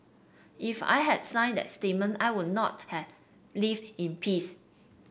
if I had signed that statement I would not have lived in peace